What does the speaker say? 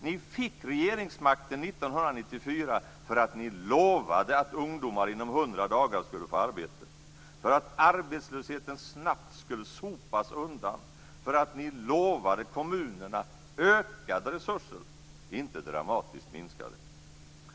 Ni fick regeringsmakten år 1994 för att ni lovade att ungdomar inom hundra dagar skulle få arbete, för att arbetslösheten snabbt skulle sopas undan och för att ni lovade kommunerna ökade resurser, inte dramatiskt minskade.